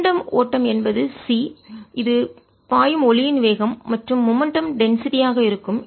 momentum வேகம் ஓட்டம் என்பது c இது பாயும் ஒளியின் வேகம் மற்றும் மொமெண்ட்டம் வேகம் டென்சிட்டி அடர்த்தி ஆக இருக்கும்